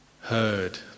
heard